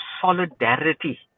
solidarity